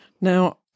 Now